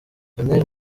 janelle